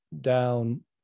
down